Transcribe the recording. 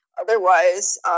otherwise